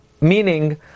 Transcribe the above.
meaning